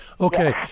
Okay